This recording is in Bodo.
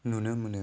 नुनो मोनो